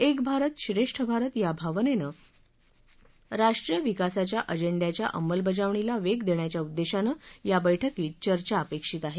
एक भारत श्रेष्ठ भारत याभावनेनं राष्ट्रीय विकासाच्या अजेंड्याच्या अंमलबजावणीला वेग देण्याच्या उद्देशानं याबैठकीत चर्चा अपेक्षित आहेत